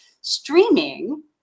streaming